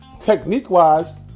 technique-wise